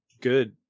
good